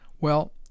Well